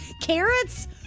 carrots